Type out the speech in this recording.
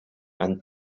and